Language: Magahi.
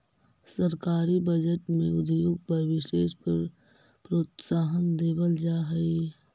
सरकारी बजट में उद्योग पर विशेष प्रोत्साहन देवल जा हई